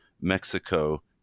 Mexico